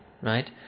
Right